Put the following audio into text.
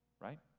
right